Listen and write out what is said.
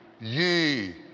ye